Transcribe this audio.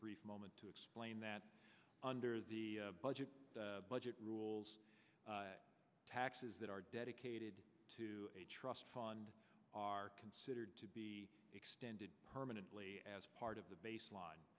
a brief moment to explain that under the budget the budget rules taxes that are dedicated to a trust fund are considered to be extended permanently as part of the baseline